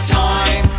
time